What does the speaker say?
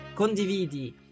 condividi